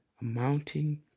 amounting